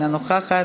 אינה נוכחת,